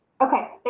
okay